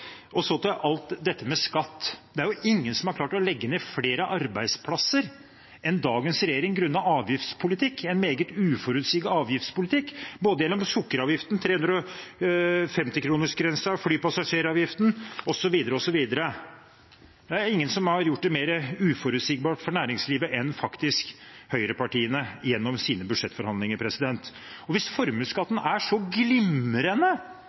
framover. Så til alt dette med skatt: Det er ingen som har klart å legge ned flere arbeidsplasser enn dagens regjering, grunnet en meget uforutsigbar avgiftspolitikk – gjennom både sukkeravgiften, 350-kronersgrensen, flypassasjeravgiften osv. Det er faktisk ingen som har gjort det mer uforutsigbart for næringslivet enn høyrepartiene gjennom sine budsjettforhandlinger. Og hvis formuesskatten er så glimrende